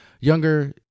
younger